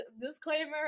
Disclaimer